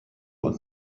und